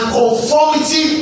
conformity